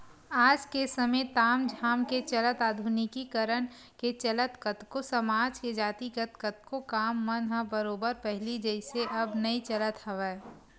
आज के समे ताम झाम के चलत आधुनिकीकरन के चलत कतको समाज के जातिगत कतको काम मन ह बरोबर पहिली जइसे अब नइ चलत हवय